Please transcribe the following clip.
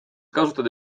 kasutada